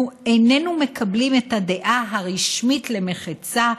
"אנחנו איננו מקבלים את הדעה הרשמית למחצה,